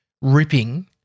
Ripping